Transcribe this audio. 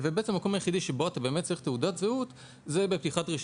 המקום היחידי שבו אתה באמת צריך תעודת זהות זה בפתיחת